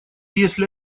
если